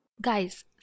Guys